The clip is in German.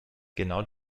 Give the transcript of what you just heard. genau